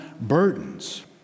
burdens